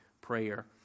Prayer